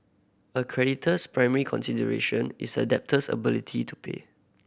a creditor's primary consideration is a debtor's ability to pay